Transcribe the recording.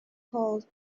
called